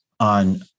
on